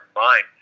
mind